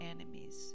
enemies